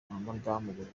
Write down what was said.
madamu